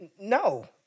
no